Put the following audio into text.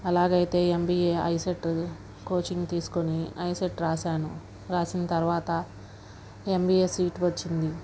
అలాగైతే MBA ICET coaching తీసుకుని ఐసెట్ రాశాను రాసిన తర్వాత ఎంబీఏ సీటు వచ్చింది